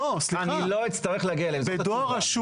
"אני לא אצטרך להגיע אליהם" זו התגובה.